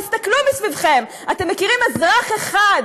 תסתכלו מסביבכם: אתם מכירים אזרח אחד